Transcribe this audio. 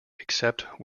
except